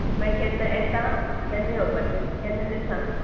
मागीर केन्ना येता केन्ना येवपाचें केन्ना तें सांग